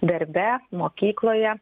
darbe mokykloje